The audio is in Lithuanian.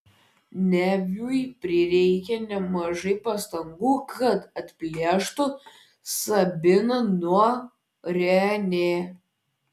neviui prireikė nemažai pastangų kad atplėštų sabiną nuo renė